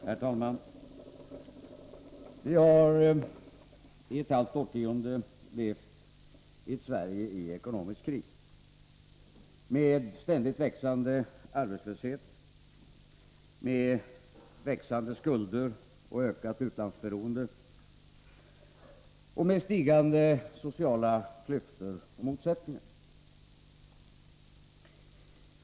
Herr talman! Vi har i ett halvt årtionde levt i ett Sverige i ekonomisk kris med ständigt växande arbetslöshet, med växande skulder och tilltagande utlandsberoende och med ökande sociala klyftor och motsättningar.